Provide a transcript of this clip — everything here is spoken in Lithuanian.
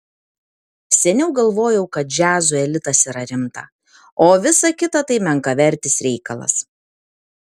seniau galvojau kad džiazo elitas yra rimta o visa kita tai menkavertis reikalas